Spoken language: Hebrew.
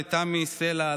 לתמי סלע,